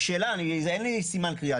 שאלה, אין לי סימן קריאה.